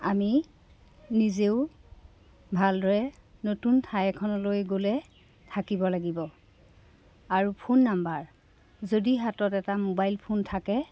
আমি নিজেও ভালদৰে নতুন ঠাই এখনলৈ গ'লে থাকিব লাগিব আৰু ফোন নম্বৰ যদি হাতত এটা মোবাইল ফোন থাকে